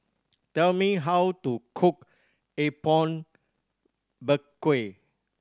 tell me how to cook Apom Berkuah